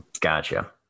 Gotcha